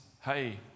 hey